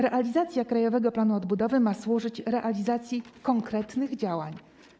Realizacja krajowego planu odbudowy ma służyć podjęciu konkretnych działań.